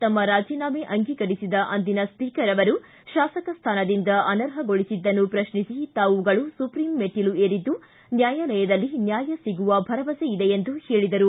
ತಮ್ಮ ರಾಜೀನಾಮೆ ಅಂಗೀಕರಿಸದ ಅಂದಿನ ಸ್ಪೀಕರ್ ಅವರು ಶಾಸಕ ಸ್ಥಾನದಿಂದ ಆನರ್ಹಗೊಳಿಸಿದ್ದನ್ನು ಪ್ರಶ್ನಿಸಿ ನಾವು ಸುಪ್ರಿಂ ಮೆಟ್ಟಲು ಏರಿದ್ದು ನ್ಯಾಯಾಲಯದಲ್ಲಿ ನ್ಯಾಯ ಸಿಗುವ ಭರವಸೆ ಇದೆ ಎಂದರು